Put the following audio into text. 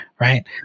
right